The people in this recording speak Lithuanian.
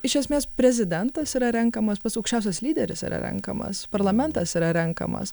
iš esmės prezidentas yra renkamas pats aukščiausias lyderis yra renkamas parlamentas yra renkamas